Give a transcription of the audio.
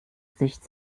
sicht